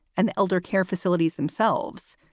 an elder care facilities themselves,